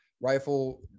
Rifle